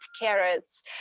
carrots